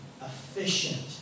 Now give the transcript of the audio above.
efficient